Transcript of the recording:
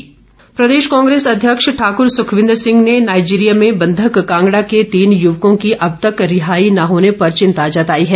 सुक्खू प्रदेश कांग्रेस अध्यक्ष ठाकुर सुखविन्दर सिंह ने नाइजीरिया में बंधक कांगड़ा के तीन युवकों की अब तक रिहाई न होने पर चिंता जताई है